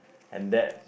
and that